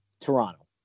Toronto